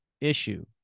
issue